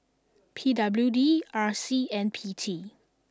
P W D R C and P T